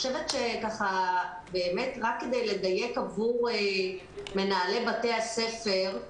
רק כדי לדייק עבור מנהלי בתי הספר,